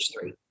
three